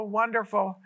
wonderful